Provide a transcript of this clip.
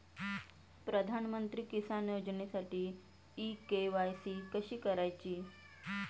प्रधानमंत्री किसान योजनेसाठी e KYC कशी करायची?